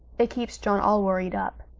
it keeps john all worried up.